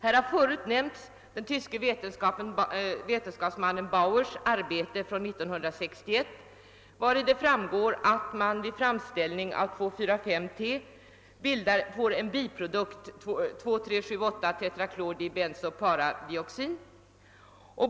Här har förut nämnts den tyska vetenskapsmannen Bauers arbete från 1961, varav det framgår att man vid framställning av 2, 4, 5 T-preparat får en biprodukt på 2, 3, 7, 8-tetraklordibenzo-p-dioxin.